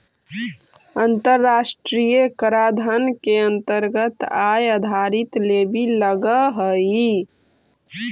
अन्तराष्ट्रिय कराधान के अन्तरगत आय आधारित लेवी लगअ हई